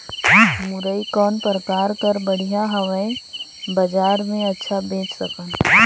मुरई कौन प्रकार कर बढ़िया हवय? बजार मे अच्छा बेच सकन